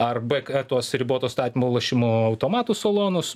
arba tuos riboto statymo lošimo automatų salonus